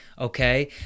Okay